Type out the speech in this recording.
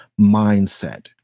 mindset